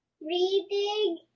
reading